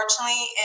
unfortunately